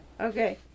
Okay